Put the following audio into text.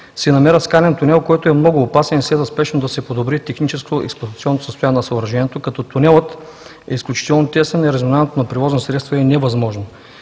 се намира скален тунел, който е много опасен и следва спешно да се подобри техническо-експлоатационното състояние на съоръжението, като тунелът е изключително тесен и разминаването на превозни средства е невъзможно.